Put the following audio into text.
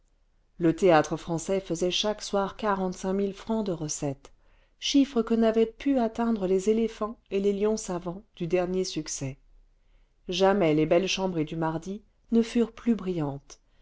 le théâtre-français faisait chaque soir francs de recettes chiffre que n'avaient pu atteindre les éléphants et les lions savants du dernier succès jamais les belles chambrées du mardi ne furent plus brillantes